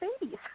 babies